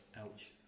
Ouch